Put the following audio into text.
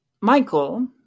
Michael